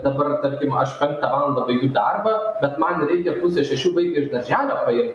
dabar vat tarkim aš penktą valandą baigiu darbą bet man reikia pusę šešių vaiką iš darželio paimt